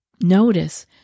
Notice